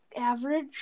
average